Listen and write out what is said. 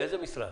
לאיזה משרד?